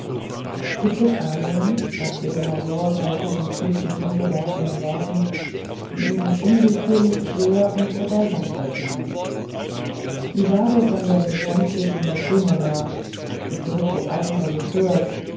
gibt es ahnungen dachte der major bei diesen flüchtig hingeworfenen worten die ihm unwillkürlich schwer und bedeutungsvoll klangen die sage von der gespenstigen desdemona die furcht des alten regisseurs